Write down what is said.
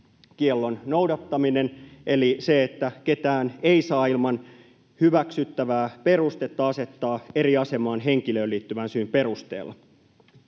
noudattaminen eli se, että ketään ei saa ilman hyväksyttävää perustetta asettaa eri asemaan henkilöön liittyvän syyn perusteella.